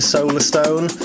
Solarstone